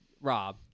Rob